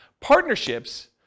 partnerships